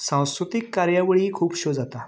सांस्कृतीक कार्यावळी खुबश्यो जाता